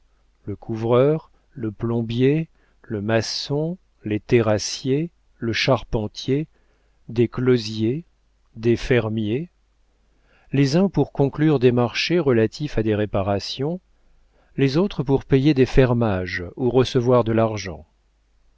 le couvreur le plombier le maçon les terrassiers le charpentier des closiers des fermiers les uns pour conclure des marchés relatifs à des réparations les autres pour payer des fermages ou recevoir de l'argent